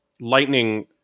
Lightning